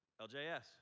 LJS